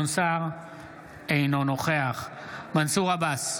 אינו נוכח מנסור עבאס,